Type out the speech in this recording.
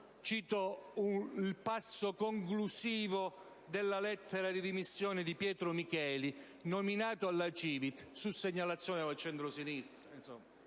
Cito il passo conclusivo della lettera di dimissioni di Pietro Micheli, nominato alla CiVIT su segnalazione del centrosinistra